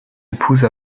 épouse